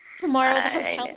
Tomorrow